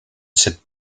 cette